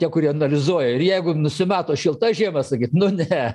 tie kurie analizuoja ir jeigu nusimato šilta žiema sakyt nu ne